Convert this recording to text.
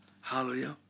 Hallelujah